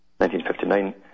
1959